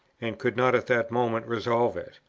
and could not at that moment resolve it,